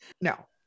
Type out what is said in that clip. No